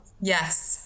Yes